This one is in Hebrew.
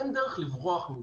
אין דרך לברוח מזה.